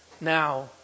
now